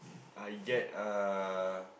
I get uh